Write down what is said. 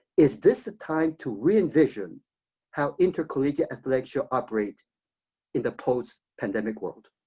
is this the time to re envision how intercollegiate athletics should operate in the post pandemic world?